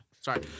Sorry